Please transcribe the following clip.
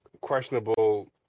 questionable